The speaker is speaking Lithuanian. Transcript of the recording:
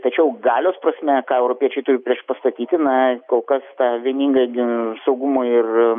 tačiau galios prasme ką europiečiai turi priešpastatyti na kol kas ta vieninga gi saugumo ir